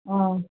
অঁ